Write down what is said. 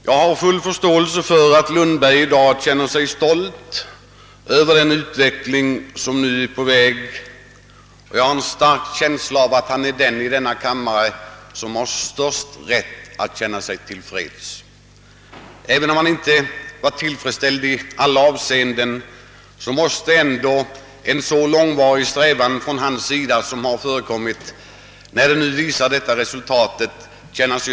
Jag har full förståelse för att herr Lundberg i dag känner sig stolt över det som nu är på väg, och jag har en stark känsla av att han är den i kammaren som har den största rätten att vara till freds. Även om han inte är tillfredsställd i alla avseenden måste han efter sin långvariga strävan nu känna sig i hög grad nöjd med resultatet.